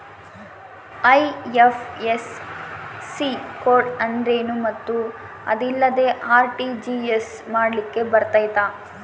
IFSC code ಅಂದ್ರೇನು ಮತ್ತು ಅದಿಲ್ಲದೆ ಆರ್.ಟಿ.ಜಿ.ಎಸ್ ಮಾಡ್ಲಿಕ್ಕೆ ಬರ್ತೈತಾ?